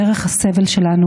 דרך הסבל שלנו,